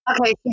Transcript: Okay